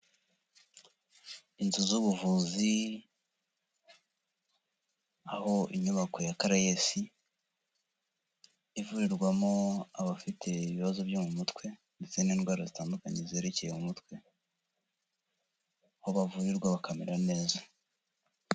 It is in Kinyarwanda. Inzu z'ubuvuzi aho inyubako ya caraes ivurirwamo abafite ibibazo byo mu mutwe ndetse n'indwara zitandukanye zerekeye umutwe, aho bavurirwa bakamera neza.